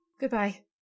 Goodbye